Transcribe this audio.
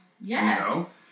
Yes